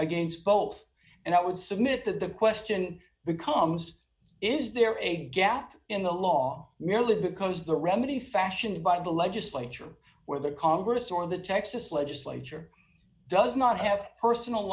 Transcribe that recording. against both and i would submit that the question becomes is there a gap in the law merely because the remedy fashioned by the legislature where the congress or the texas legislature does not have personal